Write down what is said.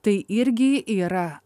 tai irgi yra